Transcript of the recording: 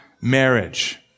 marriage